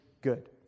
good